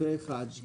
הצבעה סעיף 85(6) אושר